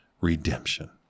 redemption